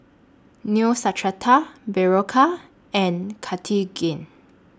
Neostrata Berocca and Cartigain